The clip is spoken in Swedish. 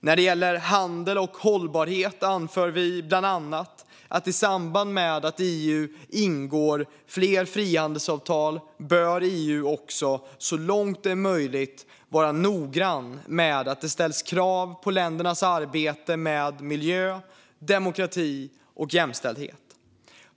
När det gäller handel och hållbarhet anför vi bland annat att EU i samband med att man ingår fler frihandelsavtal också så långt som det är möjligt ska vara noggranna med att det ställs krav på ländernas arbete med miljö, demokrati och jämställdhet.